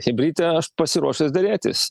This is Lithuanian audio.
chebryte aš pasiruošęs derėtis